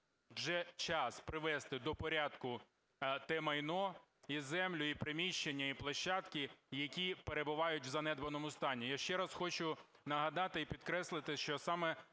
вже час привести до порядку те майно, і землю, і приміщення, і площадки, які перебувають в занедбаному стані.